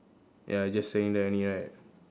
ya he just standing there only right